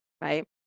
Right